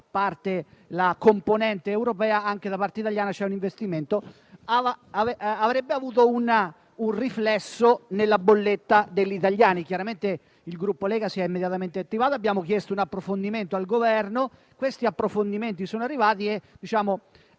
(a parte la componente europea, c'è un investimento anche da parte italiana), avrebbe avuto un riflesso sulla bolletta degli italiani. Chiaramente il Gruppo Lega si è immediatamente attivato e abbiamo chiesto un approfondimento al Governo. Questi approfondimenti sono arrivati e il